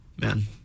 Man